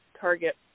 target